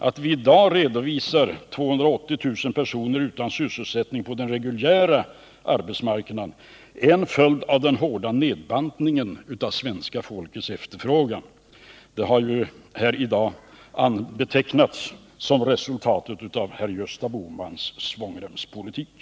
Att vi i dag redovisar 280 000 personer utan sysselsättning på den reguljära arbetsmarknaden är en följd av den hårda nedbantningen av svenska folkets efterfrågan — också tidigare i debatten har detta betecknats som resultatet av herr Gösta Bohmans svångremspolitik.